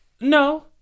No